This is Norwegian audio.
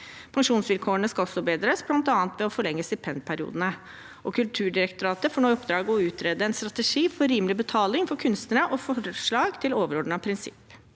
Pensjonsvilkårene skal også bedres, bl.a. ved å forlenge stipendperiodene, og Kulturdirektoratet får nå i oppdrag å utrede en strategi for rimelig betaling for kunstnere og forslag til overordnete verdiprinsipp.